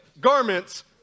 garments